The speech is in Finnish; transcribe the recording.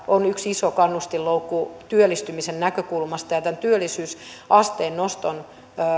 on yksi iso kannustinloukku työllistymisen näkökulmasta ja tämän työllisyysasteen noston